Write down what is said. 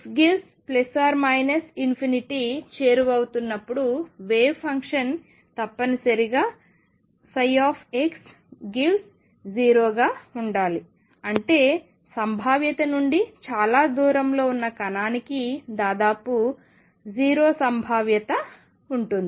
X→±∞ చేరువవుతున్నప్పుడు wave function తప్పనిసరిగా x → 0 గా ఉండాలి అంటే సంభావ్యత నుండి చాలా దూరంలో ఉన్న కణాని కి దాదాపు 0 సంభావ్యత ఉంటుంది